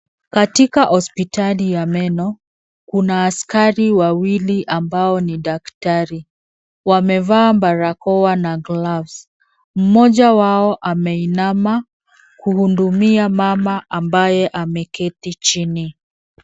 Katika hospitali ya meno kuna askari wawili ambao ni daktari. Wamevaa barakoa na [cs ] gloves[cs ]. Mmoja wao ameinama kuhudumia mama ambaye ameketi chini.